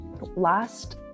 Last